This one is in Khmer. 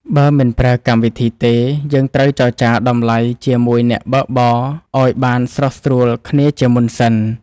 បើមិនប្រើកម្មវិធីទេ យើងត្រូវចរចាតម្លៃជាមួយអ្នកបើកបរឱ្យបានស្រុះស្រួលគ្នាជាមុនសិន។